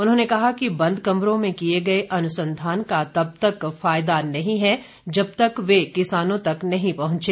उन्होंने कहा कि बंद कमरों में किए गए अनुसंधान का तब तक फायदा नहीं है जब तक वे किसानों तक नहीं पहुंचे